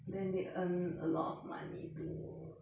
then they earn a lot of money to